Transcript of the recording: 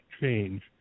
change